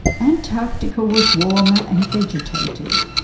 antarctica was warmer and vegetated.